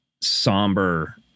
somber